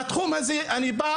מהתחום הזה אני בא.